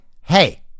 hey